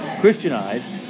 Christianized